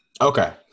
okay